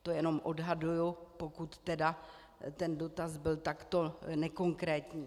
To jenom odhaduji, pokud tedy ten dotaz byl takto nekonkrétní.